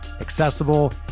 accessible